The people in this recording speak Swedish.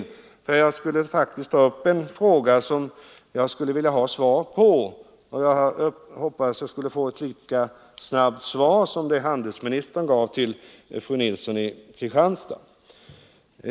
Jag hade nämligen tänkt att ta upp en fråga som jag vill ha svar på, förhoppningsvis ett lika snabbt svar som det handelsministern gav fru Nilsson i Kristianstad.